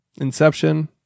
inception